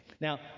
Now